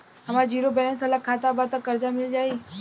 हमार zero balance वाला खाता बा त कर्जा मिल जायी?